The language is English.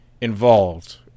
involved